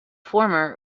former